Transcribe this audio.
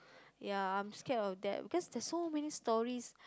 ya I'm scared of that because there's so many stories